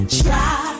try